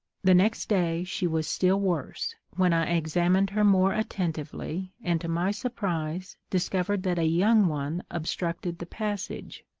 the next day she was still worse, when i examined her more attentively, and, to my surprise, discovered that a young one obstructed the passage,